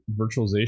virtualization